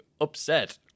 upset